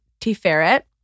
T-Ferret